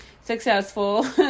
successful